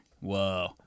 Whoa